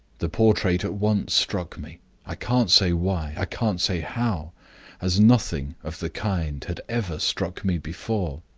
the portrait at once struck me i can't say why, i can't say how as nothing of the kind had ever struck me before.